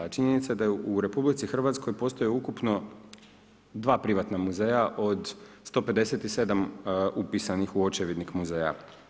A činjenica da u RH postoji ukupno 2 privatna muzeja od 157 upisanih u očevidnik muzeja.